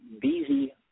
busy